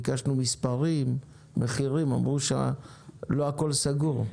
ביקשנו מספרים ומחירים ואמרו שלא הכול סגור.